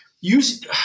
Use